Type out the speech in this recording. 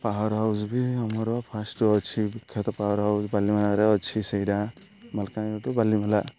power house ବି ଆମର first ଅଛି ବିଖ୍ୟାତ ପାୱାର ହାଉସ୍ କାଲିମେଲାରେ ଅଛି ସେଇଟା ମାଲକାନଗିରିଠୁ ବାଲିମେଲା